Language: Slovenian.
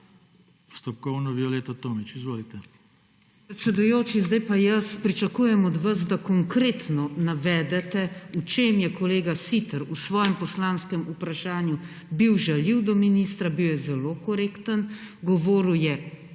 VIOLETA TOMIĆ (PS Levica): Predsedujoči, zdaj pa jaz pričakujem od vas, da konkretno navedete, v čem je kolega Siter v svojem poslanskem vprašanju bil žaljiv do ministra. Bil je zelo korekten, govoril je